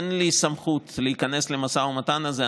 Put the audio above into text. אין לי סמכות להיכנס למשא ומתן הזה,